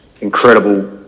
incredible